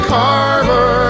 harbor